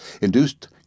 induced